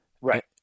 Right